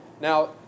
Now